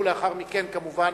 ולאחר מכן, כמובן,